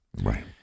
Right